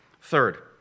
Third